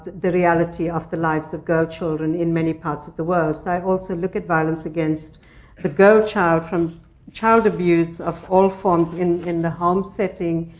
the reality of the lives of girl children in many parts of the world. so i also look at violence against the girl child, from child abuse of all forms in in the home setting,